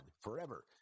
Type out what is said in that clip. forever